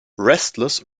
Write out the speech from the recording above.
restless